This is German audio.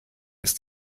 ist